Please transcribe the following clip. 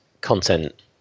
content